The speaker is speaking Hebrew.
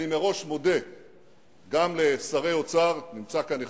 אני מראש מודה גם לשרי אוצר, נמצא כאן אחד,